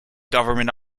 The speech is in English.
government